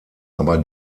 aber